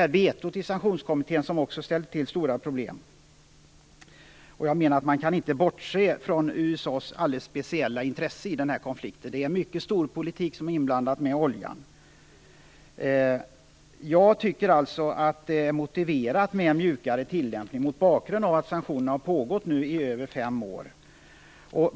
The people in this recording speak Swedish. Vetot i Sanktionskommittén ställer naturligtvis också till stora problem. Jag menar att man inte kan bortse från USA:s alldeles speciella intresse i den här konflikten. Det är mycket storpolitik som är inblandad, med oljan. Jag tycker alltså att det är motiverat med en mjukare tillämpning mot bakgrund av att sanktionerna nu har pågått i över fem år.